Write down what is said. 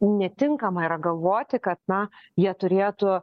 netinkama yra galvoti kad na jie turėtų